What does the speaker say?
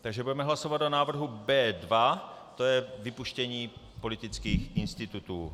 Takže budeme hlasovat o návrhu B2, to je vypuštění politických institutů.